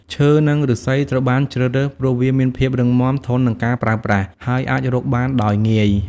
ឈើនិងឫស្សីត្រូវបានជ្រើសរើស ព្រោះវាមានភាពរឹងមាំ ធន់នឹងការប្រើប្រាស់ ហើយអាចរកបានដោយងាយ។